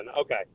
Okay